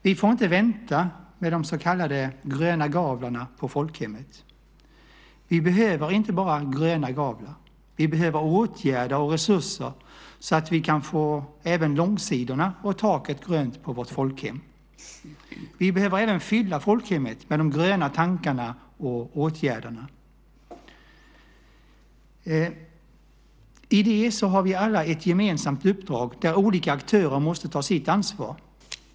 Vi får inte vänta med de så kallade gröna gavlarna på folkhemmet. Vi behöver inte bara gröna gavlar, vi behöver åtgärder och resurser så att vi kan få även långsidorna och taket gröna på vårt folkhem. Vi behöver även fylla folkhemmet med de gröna tankarna och åtgärderna. I det har vi alla ett gemensamt uppdrag där olika aktörer måste ta sitt ansvar.